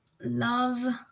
love